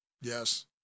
Yes